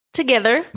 together